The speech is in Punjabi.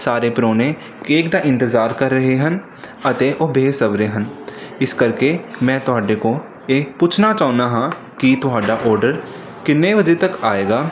ਸਾਰੇ ਪਰਾਹੁਣੇ ਕੇਕ ਦਾ ਇੰਤਜ਼ਾਰ ਕਰ ਰਹੇ ਹਨ ਅਤੇ ਉਹ ਬੇਸਬਰੇ ਹਨ ਇਸ ਕਰਕੇ ਮੈਂ ਤੁਹਾਡੇ ਕੋਲ ਇਹ ਪੁੱਛਣਾ ਚਾਹੁੰਦਾ ਹਾਂ ਕਿ ਤੁਹਾਡਾ ਔਡਰ ਕਿੰਨੇ ਵਜੇ ਤੱਕ ਆਏਗਾ